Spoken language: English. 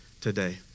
today